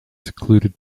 secluded